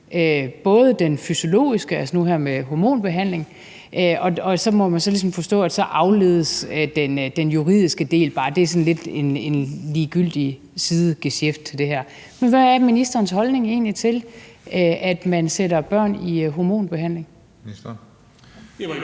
både den fysiologiske, altså nu her med hormonbehandling, og den juridiske, som man så ligesom må forstå bare afledes, at det er sådan lidt en ligegyldig sidegesjæft til det her. Men hvad er ministerens holdning egentlig til, at man sætter børn i hormonbehandling? Kl.